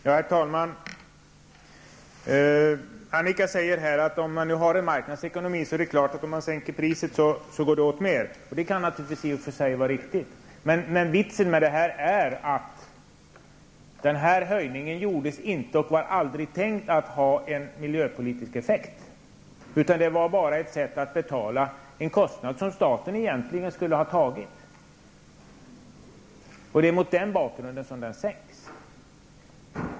Herr talman! Annika Åhnberg säger att om man har marknadsekonomi och sänker priset så går det åt mera varor. Det kan i och för sig vara riktigt. Det var dock aldrig tänkt att den här höjningen skulle ha miljöpolitisk effekt. Det var bara ett sätt att betala en kostnad som staten egentligen skulle ha tagit. Mot denna bakgrund har det sänkts.